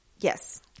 yes